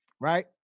right